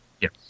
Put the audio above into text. Yes